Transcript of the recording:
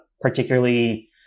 particularly